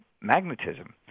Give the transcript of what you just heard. magnetism